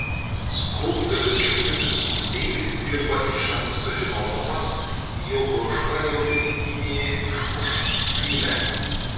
skulptorius kęstutis musteikis dirba iš anksto žinodamas jog ožka jo piniginėje išmuš skylę